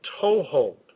toehold